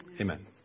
Amen